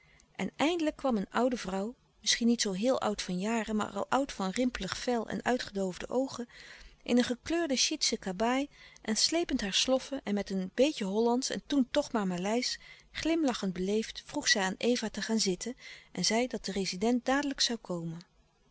en eindelijk kwam een oude vrouw misschien niet zoo heel oud van jaren maar al oud van rimpelig vel en uitgedoofde oogen in een gekleurde chitsen kabaai en slepend haar sloffen en met een beetje hollandsch en toen toch maar maleisch glimlachend beleefd vroeg zij eva te gaan zitten en zei dat de rezident dadelijk zoû komen